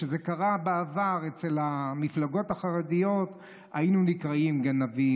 כשזה קרה בעבר אצל המפלגות החרדיות היינו נקראים גנבים,